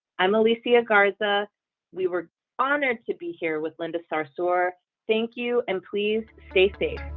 i'm elysia garza we were honored to be here with linda sarsour thank you, and please stay safe